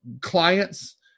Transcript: clients